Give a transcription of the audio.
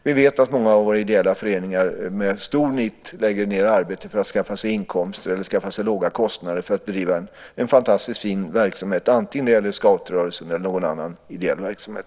Vi vet att många av våra ideella föreningar med stort nit lägger ned arbete för att skaffa sig inkomster eller låga kostnader för att bedriva en fantastiskt fin verksamhet antingen det gäller scoutrörelsen eller någon annan ideell verksamhet.